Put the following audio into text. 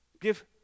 give